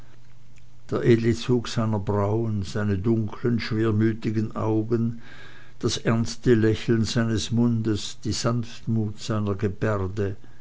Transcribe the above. seiner brauen seine dunkeln schwermütigen augen das ernste lächeln seines mundes die sanftmut seiner gebärde